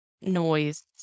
noise